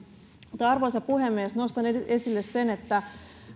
arvoisa puhemies nostan esille sen että